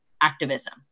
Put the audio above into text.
Activism